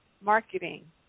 marketing